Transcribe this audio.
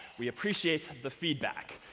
we appreciate the feedback.